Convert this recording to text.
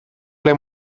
ple